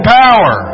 power